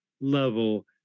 level